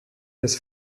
des